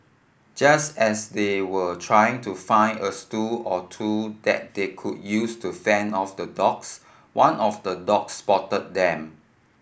just as they were trying to find a or two that they could use to fend off the dogs one of the dogs spotted them